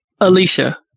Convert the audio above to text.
Alicia